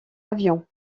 avion